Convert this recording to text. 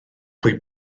pwy